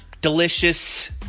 delicious